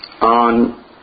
on